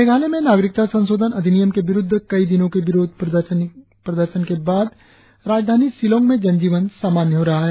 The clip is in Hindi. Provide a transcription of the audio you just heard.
मेघालय में नागरिकता संशोधन अधिनियम के विरुद्ध कई दिनों के विरोध प्रदर्शनी के बाद राजधानी शिलांग में जन जीवन सामान्य हो रहा है